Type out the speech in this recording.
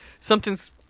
something's